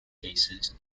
cases